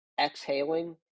exhaling